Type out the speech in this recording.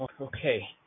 Okay